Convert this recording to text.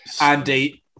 Andy